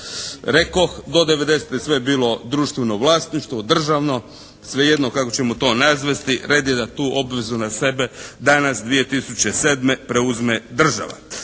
Rekoh do '90. sve je bilo društveno vlasništvo, državno, svejedno kako ćemo to nazvati. Red je da tu obvezu na sebe danas 2007. preuzme država.